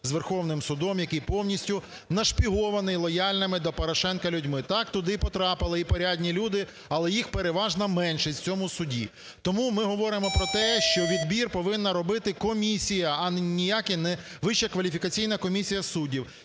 з Верховним Судом, який повністю нашпигований лояльними до Порошенка людьми. Так, туди і потрапили порядні люди, але їх переважна меншість в цьому суді. Тому ми говоримо про те, що відбір повинна робити комісія, а не ніяка Вища кваліфікаційна комісія суддів.